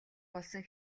болсон